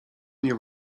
mnie